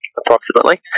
approximately